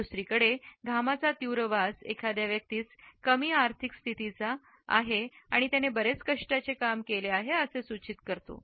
दुसरीकडे घामाचा तीव्र वास एखाद्या व्यक्तीस कमी आर्थिक स्थितीचा आहे आणि त्याने बरेच कष्टाचे काम केले आहे असे सूचित करतो